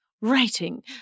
Writing